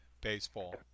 baseball